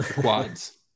Quads